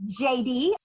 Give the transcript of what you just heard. JD